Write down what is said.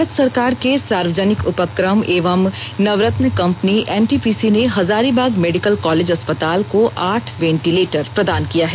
भारत सरकार के सार्वजनिक उपक्रम एवं नवरत्न कंपनी एनटीपीसी ने हजारीबाग मेडिकल कॉलेज अस्पताल को आठ वेंटीलेटर प्रदान किया है